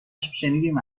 شنیدیم